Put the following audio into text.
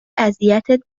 اذیتت